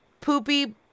Poopy